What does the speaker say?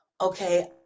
okay